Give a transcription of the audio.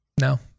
No